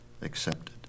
accepted